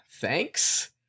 Thanks